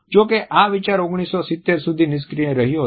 જો કે આ વિચાર 1970 સુધી નિષ્ક્રિય રહ્યો હતો